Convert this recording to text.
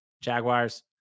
Jaguars